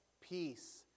peace